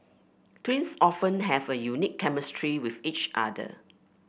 twins often have a unique chemistry with each other